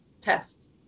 test